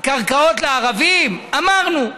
קרקעות לערבים, אמרנו.